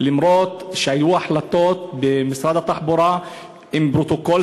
אף שהיו החלטות במשרד התחבורה עם פרוטוקול